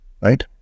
right